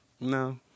No